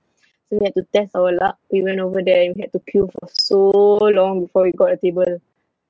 so we have to test our luck we went over there we had to queue for so long before we got a table